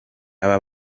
aba